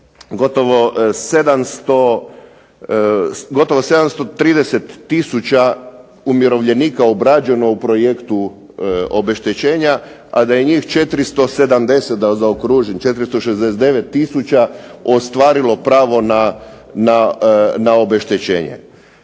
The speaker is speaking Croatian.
gotovo 730 tisuća umirovljenika obrađeno u projektu obeštećenja a da je njih 469 tisuća ostvarilo pravo na obeštećenje.